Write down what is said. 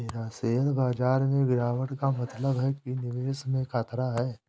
share बाजार में गिराबट का मतलब है कि निवेश में खतरा है